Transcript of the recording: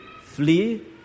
Flee